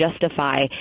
justify